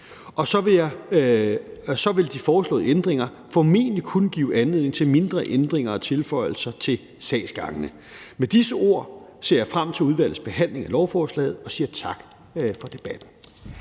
og så vil de foreslåede ændringer formentlig kun give anledning til mindre ændringer og tilføjelser til sagsgangene. Med disse ord ser jeg frem til udvalgets behandling af lovforslaget og siger tak for debatten.